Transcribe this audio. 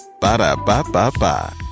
Ba-da-ba-ba-ba